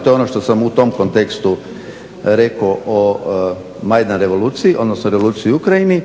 To je ono što sam u tom kontekstu rekao o Majdan revoluciji odnosno revoluciji u Ukrajini.